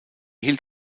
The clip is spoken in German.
hielt